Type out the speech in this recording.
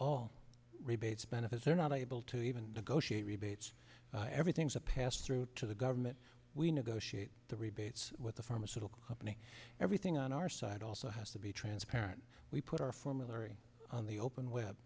all rebates benefits they're not able to even negotiate rebates everything's a pass through to the government we negotiate the rebates with the pharmaceutical company everything on our side also has to be transparent we put our formulary on the open web